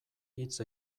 hitz